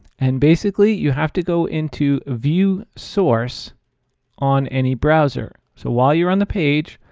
and, basically, you have to go into view source on any browser. so while you're on the page,